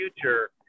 future